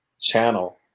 channel